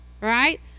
right